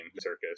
Circus